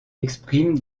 exprime